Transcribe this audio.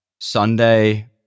Sunday